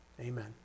Amen